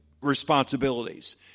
responsibilities